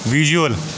visual